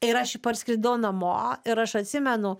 ir aš parskridau namo ir aš atsimenu